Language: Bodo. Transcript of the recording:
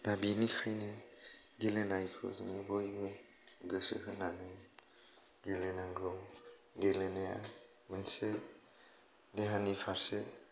दा बिनिखायनो गेलेनायखौ जों बयबो गोसो होनानै गेलेनांगौ गेलेनाया मोनसे देहानि फारसे